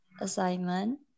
assignment